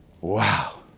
Wow